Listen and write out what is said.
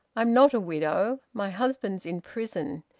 i'm not a widow. my husband's in prison.